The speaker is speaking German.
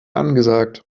angesagt